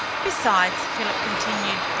besides, philip continued,